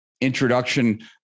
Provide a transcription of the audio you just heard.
introduction